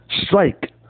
strike